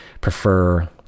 prefer